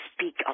speak